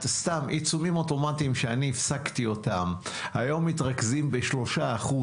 עיצומים אוטומטיים שאני הפסקתי אותם היום מתרכזים ב-3%,